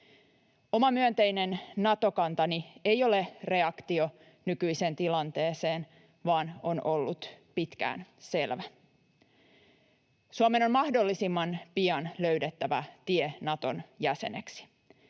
Oma myönteinen Nato-kantani ei ole reaktio nykyiseen tilanteeseen vaan on ollut pitkään selvä. Suomen on mahdollisimman pian löydettävä tie Naton jäseneksi,